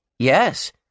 Yes